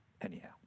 Anyhow